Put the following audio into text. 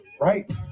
right